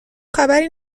خبری